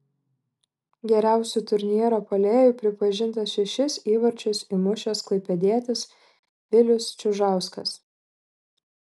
geriausiu turnyro puolėju pripažintas šešis įvarčius įmušęs klaipėdietis vilius čiužauskas